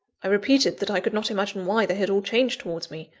i repeated that i could not imagine why they had all changed towards me,